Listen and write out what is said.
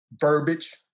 verbiage